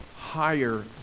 higher